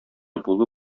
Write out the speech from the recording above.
булу